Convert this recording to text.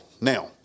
now